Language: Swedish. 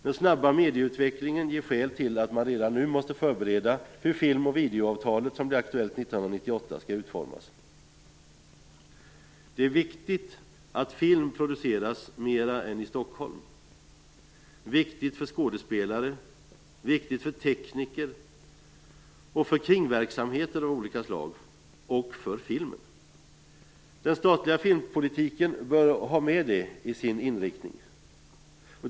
Den snabba medieutvecklingen ger skäl till att man redan nu måste förbereda hur film och videoavtalet, som blir aktuellt 1998, skall utformas. Det är viktigt att film produceras på fler ställen än Stockholm. Det är viktigt för skådespelare, för tekniker, för kringverksamheter av olika slag och för filmen. Den statliga filmpolitiken bör ha med det i sin inriktning.